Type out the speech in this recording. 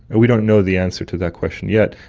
and we don't know the answer to that question yet,